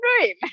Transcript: dream